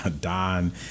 Don